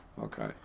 Okay